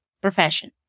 profession